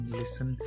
listen